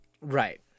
Right